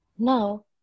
Now